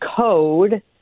code